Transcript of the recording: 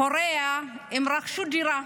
הוריה רכשו דירה,